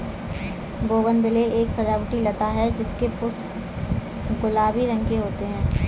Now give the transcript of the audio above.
bougainvillea एक सजावटी लता है जिसके पुष्प गुलाबी रंग के होते है